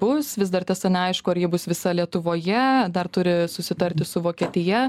bus vis dar tiesa neaišku ar ji bus visa lietuvoje dar turi susitarti su vokietija